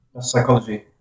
psychology